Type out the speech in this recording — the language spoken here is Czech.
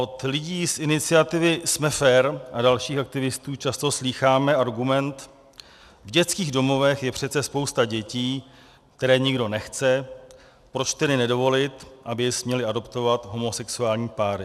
Od lidí z iniciativy Jsme fér a dalších aktivistů často slýcháme argument v dětských domovech je přeci spousta dětí, které nikdo nechce, proč tedy nedovolit, aby je směly adoptovat homosexuální páry.